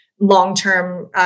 long-term